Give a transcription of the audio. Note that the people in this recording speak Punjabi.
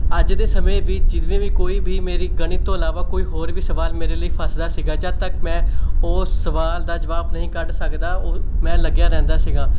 ਅੱਜ ਦੇ ਸਮੇਂ ਵੀ ਜਿਵੇਂ ਵੀ ਕੋਈ ਵੀ ਮੇਰੀ ਗਣਿਤ ਤੋਂ ਇਲਾਵਾ ਕੋਈ ਹੋਰ ਵੀ ਸਵਾਲ ਮੇਰੇ ਲਈ ਫਸਦਾ ਸੀਗਾ ਜਦ ਤੱਕ ਮੈਂ ਉਸ ਸਵਾਲ ਦਾ ਜਵਾਬ ਨਹੀਂ ਕੱਢ ਸਕਦਾ ਉਹ ਮੈਂ ਲੱਗਿਆ ਰਹਿੰਦਾ ਸੀਗਾ